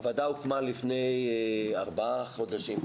הוועדה הוקמה לפני ארבעה חודשים.